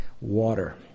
water